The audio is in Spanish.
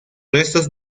restos